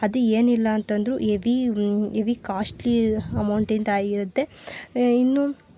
ಅದು ಏನಿಲ್ಲ ಅಂತಂದ್ರೂ ಹೆವಿ ಹೆವಿ ಕಾಸ್ಟ್ಲಿ ಅಮೌಂಟಿದ್ದು ಆಗಿರುತ್ತೆ ಇನ್ನು